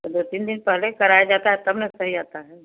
तो दो तीन दिन पहले कराया जाता है तब न कोई आता है